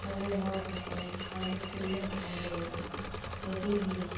ᱟᱵᱚ ᱦᱚᱲ ᱦᱚᱯᱚᱱ ᱟᱵᱚ ᱛᱤᱨᱞᱟᱹ ᱦᱚᱯᱚᱱ ᱞᱟᱹᱜᱤᱫ ᱟᱹᱰᱤᱜᱤ